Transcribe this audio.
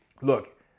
look